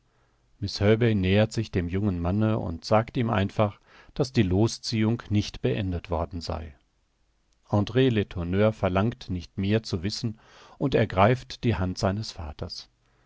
herbey nähert sich dem jungen manne und sagt ihm einfach daß die loosziehung nicht beendet worden sei andr letourneur verlangt nicht mehr zu wissen und ergreift die hand seines vaters